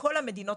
כל המדינות,